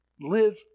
live